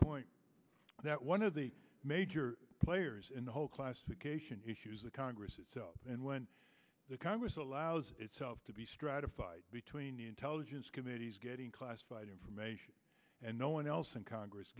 point that one of the major players in the whole class cation issues the congress itself and when the congress allows itself to be stratified between intelligence committees getting classified information and no one else and congress